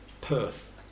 Perth